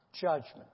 judgment